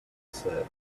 said